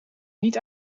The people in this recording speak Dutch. niet